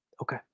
okay